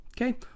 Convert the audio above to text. okay